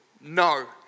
No